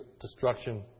destruction